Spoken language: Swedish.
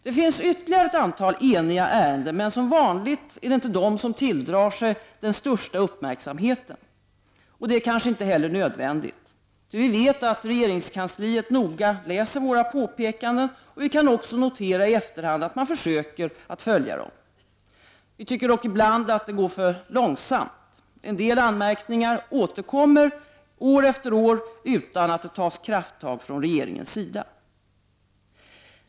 Det finns ytterligare ett antal ärenden där utskottet är enigt, men som vanligt är det inte dessa som tilldrar sig den största uppmärksamheten. Det är kanske inte heller nödvändigt. Ty vi vet att regeringskansliet noga läser våra påpekanden, och vi kan också notera i efterhand att man försöker följa dem. Vi tycker dock ibland att det går för långsamt. En del anmärkningar återkommer år efter år utan att det tas krafttag från regeringens sida.